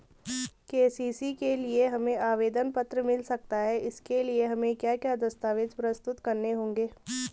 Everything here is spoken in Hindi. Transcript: के.सी.सी के लिए हमें आवेदन पत्र मिल सकता है इसके लिए हमें क्या क्या दस्तावेज़ प्रस्तुत करने होंगे?